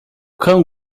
cão